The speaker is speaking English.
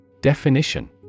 Definition